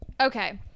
okay